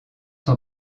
sont